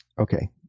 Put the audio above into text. Okay